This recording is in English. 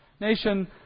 Nation